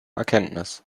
erkenntnis